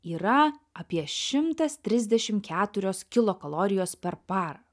yra apie šimtas trisdešim keturios kilokalorijos per parą